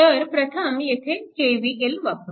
तर प्रथम येथे KVL वापरू